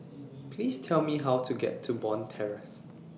Please Tell Me How to get to Bond Terrace